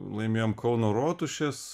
laimėjom kauno rotušės